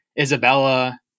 Isabella